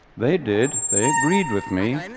they did. they agreed with me,